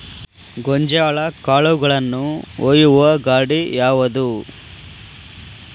ಗೋಂಜಾಳ ಕಾಳುಗಳನ್ನು ಒಯ್ಯುವ ಗಾಡಿ ಯಾವದು?